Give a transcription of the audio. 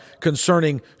concerning